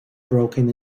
broken